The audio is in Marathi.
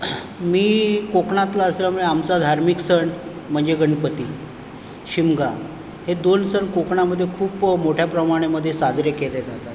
मी कोकणातला असल्यामुळे आमचा धार्मिक सण म्हणजे गणपती शिमगा हे दोन सण कोकणामधे खूप मोठ्या प्रमाणामध्ये साजरे केले जातात